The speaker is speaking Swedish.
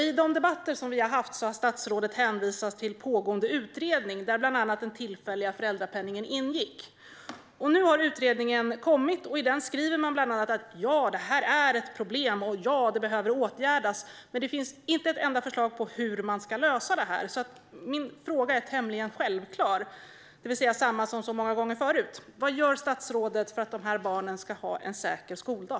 I de debatter vi har haft har statsrådet hänvisat till en pågående utredning där bland annat den tillfälliga föräldrapenningen ingår. Nu har utredningen kommit, och den konstaterar bland annat att detta är ett problem som behöver åtgärdas. Det finns dock inte ett enda förslag på hur detta ska lösas. Min fråga är därför tämligen självklar och densamma som många gånger förut: Vad gör statsrådet för att dessa barn ska ha en säker skoldag?